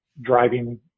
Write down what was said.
driving